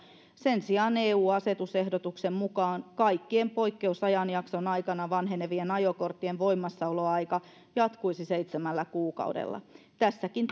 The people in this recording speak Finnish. sen sijaan eu asetusehdotuksen mukaan kaikkien poikkeusajanjakson aikana vanhenevien ajokorttien voimassaoloaika jatkuisi seitsemällä kuukaudella tässäkin